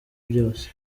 byose